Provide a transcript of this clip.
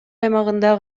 аймагында